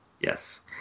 Yes